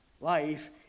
life